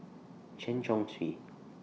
Chen Chong Swee